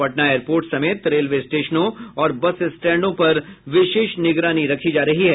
Patna airport समेत railway स्टेशनों और बस स्टेंडों पर विशेष निगरानी रखी जा रही है